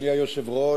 אדוני היושב-ראש,